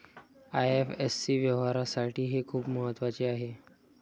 IFSC व्यवहारासाठी हे खूप महत्वाचे आहे